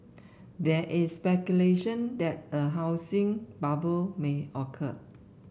there is speculation that a housing bubble may occur